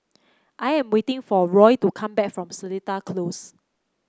I am waiting for Roy to come back from Seletar Close